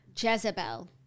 Jezebel